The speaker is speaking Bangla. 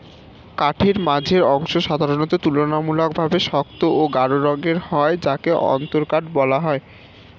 কাঠের মাঝের অংশ সাধারণত তুলনামূলকভাবে শক্ত ও গাঢ় রঙের হয় যাকে অন্তরকাঠ বলা হয়